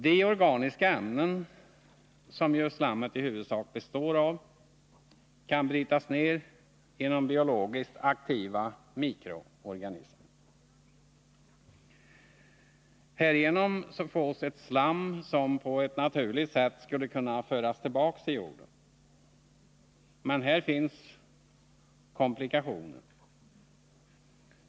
De organiska ämnen som ju slammet i huvudsak består av kan brytas ned genom biologiskt aktiva mikroorganismer. Härigenom fås ett slam som på ett naturligt sätt skulle kunna föras tillbaka till jorden. Men här finns komplikationer.